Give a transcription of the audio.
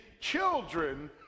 children